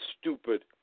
stupid